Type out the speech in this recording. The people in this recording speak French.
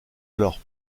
alors